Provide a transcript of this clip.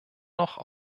noch